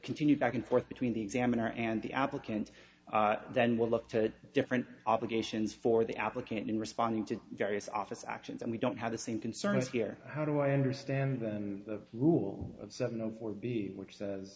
continued back and forth between the examiner and the applicant then we'll look to different obligations for the applicant in responding to various office actions and we don't have the same concerns here how do i understand than the rule of seven zero four b which says